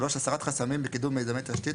הסרת חסמים בקידום מיזמי תשתית,